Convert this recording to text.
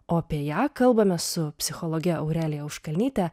o apie ją kalbame su psichologe aurelija auškalnyte